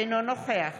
אינו נוכח